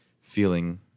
feeling